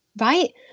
Right